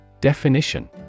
Definition